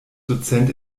dozent